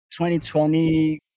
2020